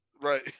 Right